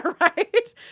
Right